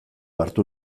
hartu